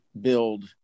build